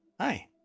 Hi